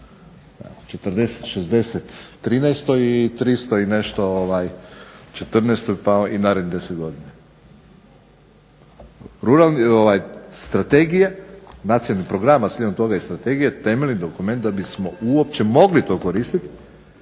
240, 60 u 2013. i 300 i nešto u 2014. pa narednih deset godina. Strategije nacionalnog programa slijedom ove strategije temeljem dokumenta da bismo uopće mogli to koristiti,